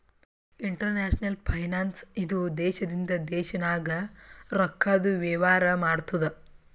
international finance ಇದು ದೇಶದಿಂದ ದೇಶ ನಾಗ್ ರೊಕ್ಕಾದು ವೇವಾರ ಮಾಡ್ತುದ್